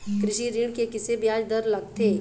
कृषि ऋण के किसे ब्याज दर लगथे?